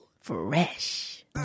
Fresh